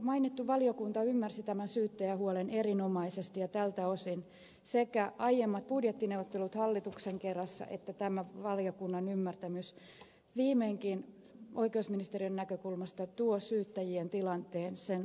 mainittu valiokunta ymmärsi tämän syyttäjähuolen erinomaisesti ja tältä osin sekä aiemmat budjettineuvottelut hallituksen kera että tämän valiokunnan ymmärtämys viimeinkin oikeusministeriön näkökulmaa kohtaan tuo syyttäjien tilanteen sen ansaitsemaan keskiöön